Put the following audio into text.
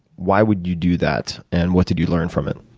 why would you do that and what did you learn from it?